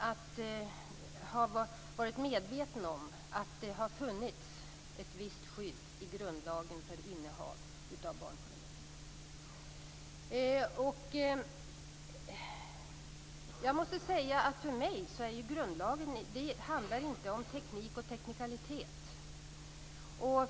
att vara medveten om att det i grundlagen har funnits ett visst skydd för innehav av barnpornografi. För mig handlar grundlagen inte om teknik och teknikalitet.